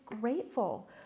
grateful